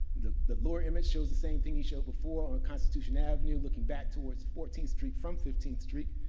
the the lower image shows the same thing he showed before on constitution avenue, looking back towards fourteenth street from fifteenth street.